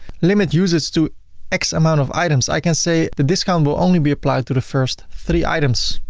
limit usage to x amount of items. i can say the discount will only be applied to the first three items.